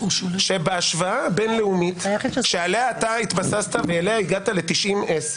שבהשוואה בין-לאומית שעליה אתה התבססת והגעת ל-90-10